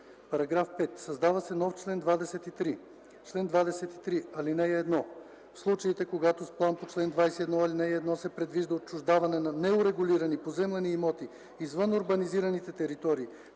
§ 5: „§ 5. Създава се нов чл. 23: „Чл. 23. (1) В случаите, когато с план по чл. 21, ал. 1 се предвижда отчуждаване на неурегулирани поземлени имоти извън урбанизираните територии,